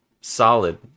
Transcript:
solid